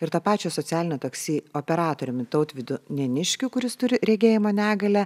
ir to pačio socialinio taksi operatoriumi tautvydu neniškiu kuris turi regėjimo negalią